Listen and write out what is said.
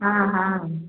हाँ हाँ